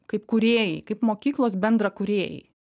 kaip kūrėjai kaip mokyklos bendrakūrėjai